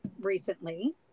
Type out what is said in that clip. recently